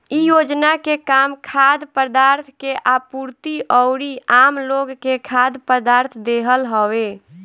इ योजना के काम खाद्य पदार्थ के आपूर्ति अउरी आमलोग के खाद्य पदार्थ देहल हवे